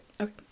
okay